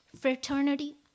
fraternity